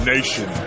Nation